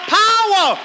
power